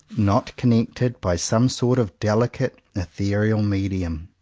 not connected by some sort of delicate ethereal medium.